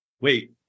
Wait